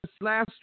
last